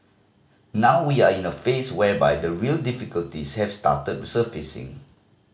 now we are in a phase whereby the real difficulties have started surfacing